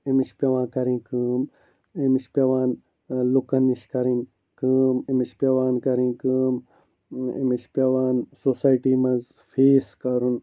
أمِس چھِ پیٚوان کَرٕنۍ کٲم أمِس چھِ پیٚوان لُکن نِش کَرٕنۍ کٲم أمِس چھِ پیٚوان کَرٕنۍ کٲم أمِس چھِ پیٚوان سوسایٹی منٛز فیس کَرُن